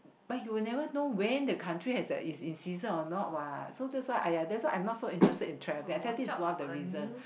but he will never know when the country has a is in season or not what so that's why !aiya! that's why I'm not so interested in travelling I think this is one of the reason